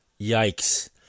Yikes